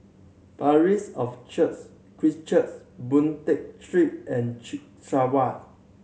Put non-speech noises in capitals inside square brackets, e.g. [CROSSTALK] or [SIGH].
Parish of Christ [UNINTELLIGIBLE] Church Boon Tat Street and Chek [UNINTELLIGIBLE]